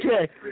Okay